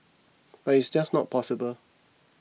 but it's just not possible